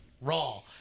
raw